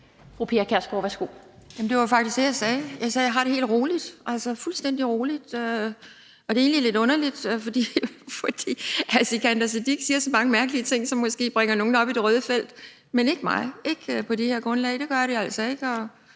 det var faktisk det, jeg sagde. Jeg sagde, at jeg har det helt roligt, altså fuldstændig roligt, og det er egentlig lidt underligt, for hr. Sikandar Siddique siger så mange mærkelige ting, som måske bringer nogle op i det røde felt, men ikke mig, ikke på det her grundlag. Det gør det altså ikke,